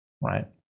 right